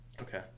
Okay